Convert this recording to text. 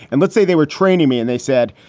and let's say they were training me and they said,